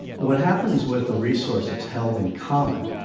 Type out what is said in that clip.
what happens with a resource that's held in common,